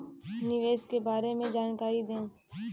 निवेश के बारे में जानकारी दें?